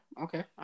okay